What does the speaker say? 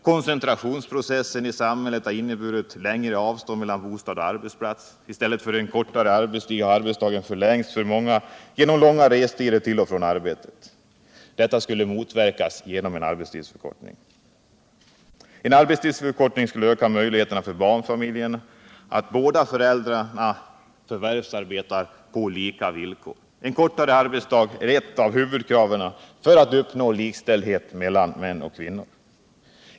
Koncentrationsprocessen i samhället har inneburit längre avstånd mellan bostad och arbetsplats. I stället för kortare arbetstid har arbetsdagen förlängts för många genom långa restider till och från arbetet. Detta skulle motverkas genom en arbetstidsförkortning. En arbetstidsförkortning skulle öka möjligheterna för barnfamiljerna att båda föräldrarna förvärvsarbetar på lika villkor. En kortare arbetsdag är ett av huvudkraven för att uppnå likställdhet mellan män och kvinnor.